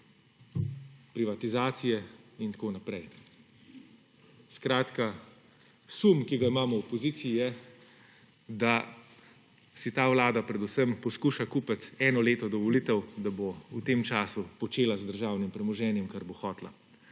privatizacije, itn. Skratka, sum, ki ga imamo v opoziciji je, da si ta Vlada predvsem poskuša kupiti eno leto do volitev, da bo v tem času počela z državnim premoženjem kar bo hotela.